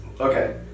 okay